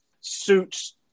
suits